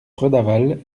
redavalle